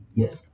yes